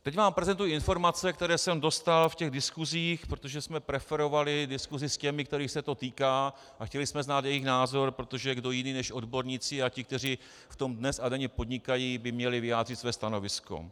Teď vám prezentuji informace, které jsem dostal v diskusích, protože jsme preferovali diskusi s těmi, kterých se to týká, a chtěli jsme znát jejich názor, protože kdo jiný než odborníci a ti, kteří v tom dnes a denně podnikají, by měli vyjádřit své stanovisko.